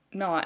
no